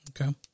Okay